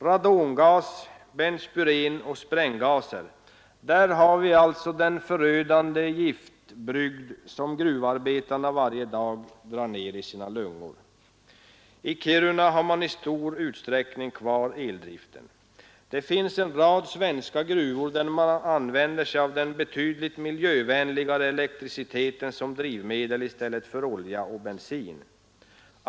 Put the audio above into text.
Radongas, benspyren och spränggaser — där har vi alltså den förödande giftbrygd som gruvarbetarna varje dag drar ner i sina lungor. I Kiruna har man i stor utsträckning kvar eldriften. Det finns en rad svenska gruvor där man använder den betydligt miljövänligare elektriciteten som drivmedel i stället för olja och bensin.